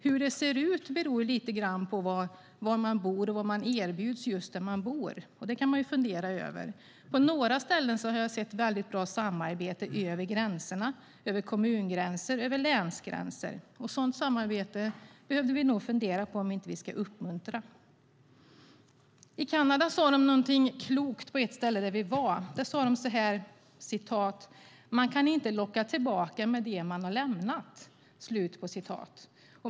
Hur det ser ut beror lite grann på var man bor och vad man erbjuds just där man bor. Det kan vi fundera över. På några ställen har jag sett ett väldigt bra samarbete över kommungränser och länsgränser. Sådant samarbete behöver vi nog fundera på om vi inte ska uppmuntra. I Kanada sade de något klokt på ett ställe vi var på. De sade: Man kan inte locka tillbaka med det människor har lämnat.